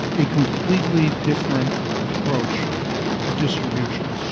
a completely different approach to distribution.